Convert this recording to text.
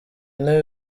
ine